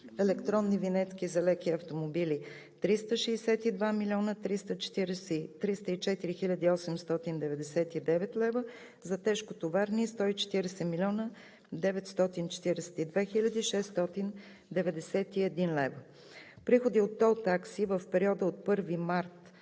електронни винетки за леки автомобили – 362 млн. 304 хил. 899 лв., за тежкотоварни – 140 млн. 942 хил. 691 лв. Приходи от тол такси в периода от 1 март